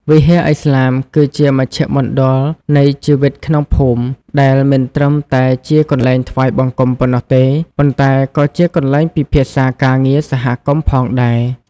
វិហារឥស្លាមគឺជាមជ្ឈមណ្ឌលនៃជីវិតក្នុងភូមិ ដែលមិនត្រឹមតែជាកន្លែងថ្វាយបង្គំប៉ុណ្ណោះទេ ប៉ុន្តែក៏ជាកន្លែងពិភាក្សាការងារសហគមន៍ផងដែរ។